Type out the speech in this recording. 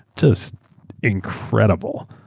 just incredible.